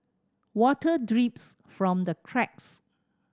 water drips from the cracks